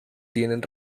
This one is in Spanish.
tienen